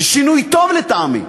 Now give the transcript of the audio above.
שינוי טוב לטעמי.